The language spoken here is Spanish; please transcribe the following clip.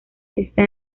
está